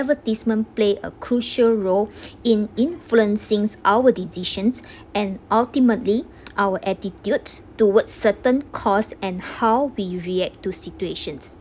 advertisement play a crucial role in influencing our decisions and ultimately our attitudes towards certain cause and how we react to situations